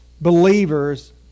believers